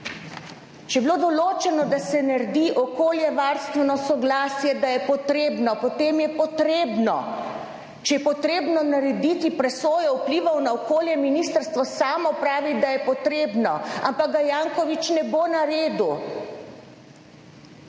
Če je bilo določeno, da se naredi okoljevarstveno soglasje, da je potrebno, potem je potrebno. Če je potrebno narediti presojo vplivov na okolje, ministrstvo samo pravi, da je potrebno, ampak ga Janković ne bo naredil